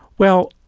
well,